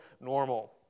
normal